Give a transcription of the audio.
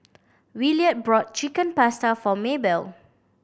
Williard brought Chicken Pasta for Maebell